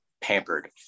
pampered